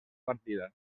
partida